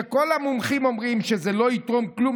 שכל המומחים אומרים שזה לא יתרום כלום